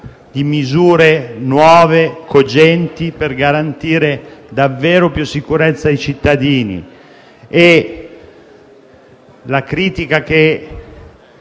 di misure nuove e cogenti per garantire davvero più sicurezza ai cittadini.